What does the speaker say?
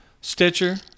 Stitcher